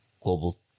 global